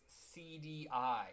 CDI